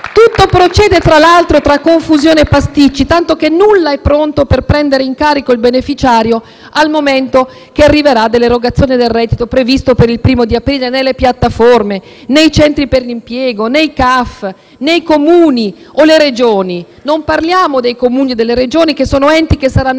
Tutto procede, tra l'altro, tra confusione e pasticci, tanto che nulla è pronto per prendere in carico il beneficiario al momento, che arriverà, dell'erogazione del reddito previsto per il primo di aprile, nelle piattaforme, nei centri per l'impiego, nei CAF, nei Comuni o nelle Regioni. Non parliamo dei Comuni e delle Regioni, enti che saranno